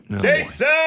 Jason